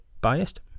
biased